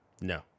No